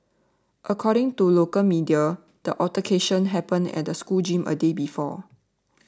according to local media the altercation happened at the school gym a day before